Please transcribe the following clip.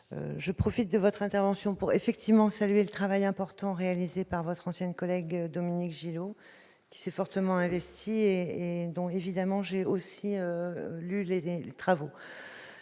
Je profite de cette intervention pour saluer le travail important réalisé par votre ancienne collègue Dominique Gillot, qui s'est fortement investie. La Nation consacre